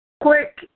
Quick